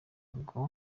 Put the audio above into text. b’inkotanyi